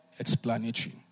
Explanatory